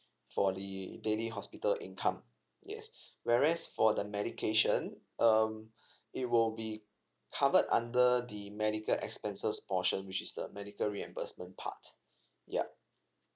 for the daily hospital income yes whereas for the medication um it will be covered under the medical expenses portion which is the medical reimbursement parts ya